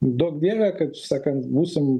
duok dieve kaip sakant būsim